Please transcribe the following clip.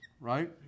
right